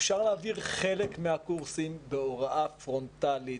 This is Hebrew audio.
אפשר להעביר חלק מן הקורסים בהוראה פרונטלית,